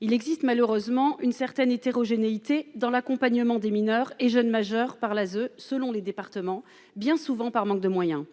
il existe malheureusement une certaine hétérogénéité dans l'accompagnement des mineurs et jeunes majeurs par l'ASE selon les départements, bien souvent par manque de moyens,